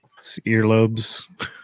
Earlobes